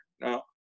No